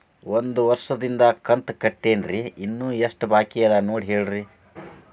ಒಂದು ವರ್ಷದಿಂದ ಕಂತ ಕಟ್ಟೇನ್ರಿ ಇನ್ನು ಎಷ್ಟ ಬಾಕಿ ಅದ ನೋಡಿ ಹೇಳ್ರಿ